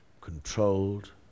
controlled